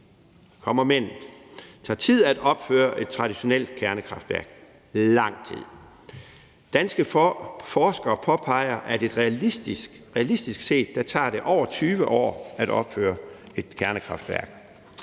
kommer et men. Det tager tid at opføre et traditionelt kernekraftværk – lang tid. Danske forskere påpeger, at det realistisk set tager over 20 år at opføre et kernekraftværk,